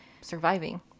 surviving